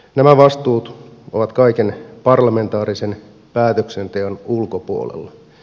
nämä vastuut ovat kaiken parlamentaarisen päätöksenteon ulkopuolella